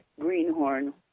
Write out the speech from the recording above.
greenhorn